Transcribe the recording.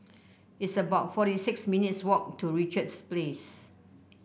it's about forty six minutes' walk to Richards Place